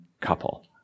couple